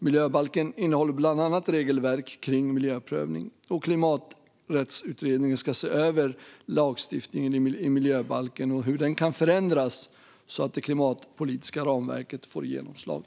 Miljöbalken innehåller bland annat regelverk kring miljöprövning. Klimaträttsutredningen ska se över lagstiftningen i miljöbalken och hur den kan förändras så att det klimatpolitiska ramverket får genomslag.